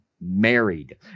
married